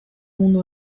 mundu